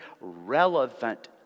relevant